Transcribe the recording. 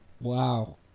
wow